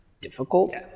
difficult